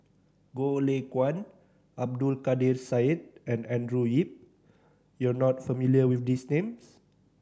Goh Lay Kuan Abdul Kadir Syed and Andrew Yip you are not familiar with these names